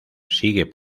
sigue